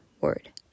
word